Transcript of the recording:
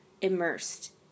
immersed